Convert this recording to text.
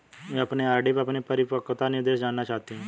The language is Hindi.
मैं अपनी आर.डी पर अपना परिपक्वता निर्देश जानना चाहती हूँ